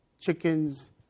chickens